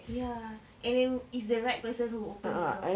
ya and then is the right person who opened the door